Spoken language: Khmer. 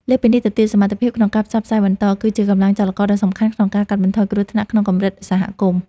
លើសពីនេះទៅទៀត សមត្ថភាពក្នុងការផ្សព្វផ្សាយបន្ត គឺជាកម្លាំងចលករដ៏សំខាន់ក្នុងការកាត់បន្ថយគ្រោះថ្នាក់ក្នុងកម្រិតសហគមន៍។